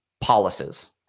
policies